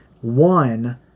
one